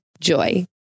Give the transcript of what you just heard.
Joy